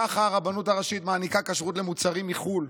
ככה הרבנות הראשית מעניקה כשרות למוצרים מחו"ל?